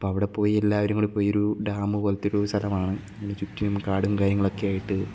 അപ്പോൾ അവിടെ പോയി എല്ലാവരും കൂടിപ്പോയി ഒരു ഡാം പോലത്തെ ഒരു സ്ഥലമാണ് അതിന് ചുറ്റിലും കാടും കാര്യങ്ങളും ഒക്കെയായിട്ട്